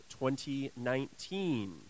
2019